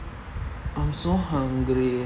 I'm so hungry